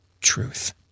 truth